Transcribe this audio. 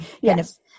Yes